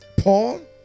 Paul